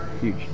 huge